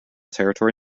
territory